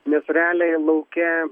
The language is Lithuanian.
nes realiai lauke